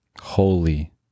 Holy